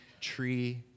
tree